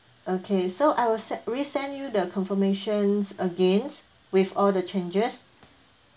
okay so I will sen~ resend you the confirmations again with all the changes